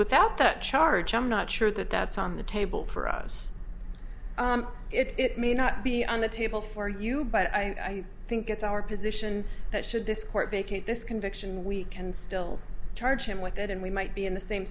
without that charge i'm not sure that that's on the table for us it may not be on the table for you but i think it's our position that should this court vacate this conviction we can still charge him with that and we might be in the same